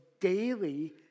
daily